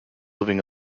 living